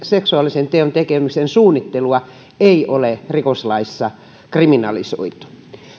seksuaalisen teon suunnittelua ei ole rikoslaissa kriminalisoitu